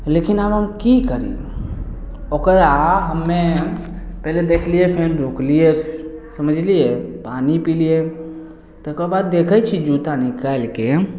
लेकिन आब हम कि करी ओकरा हमे पहिले देखलियै फेन रोकलियै समझलियै पानि पिलियै तकर बाद देखय छी जूता निकालिके